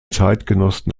zeitgenossen